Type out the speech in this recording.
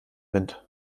wind